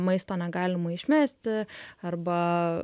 maisto negalima išmesti arba